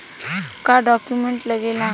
का डॉक्यूमेंट लागेला?